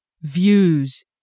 views